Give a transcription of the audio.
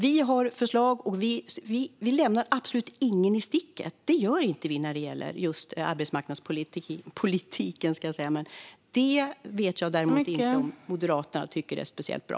Vi har förslag och lämnar absolut ingen i sticket. Vi gör inte det när det gäller arbetsmarknadspolitiken. Men det vet jag inte om Moderaterna tycker är speciellt bra.